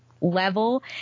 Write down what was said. level